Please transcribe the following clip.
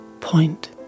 point